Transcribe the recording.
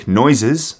noises